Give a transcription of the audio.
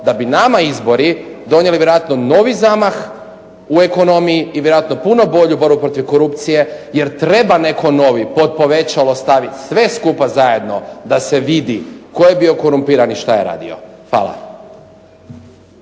da bi nama izbori donijeli vjerojatno novi zamah u ekonomiji i vjerojatno puno bolju borbu protiv korupcije jer treba netko novi pod povećalo staviti sve skupa zajedno da se vidi tko je bio korumpiran i što je radio. Hvala.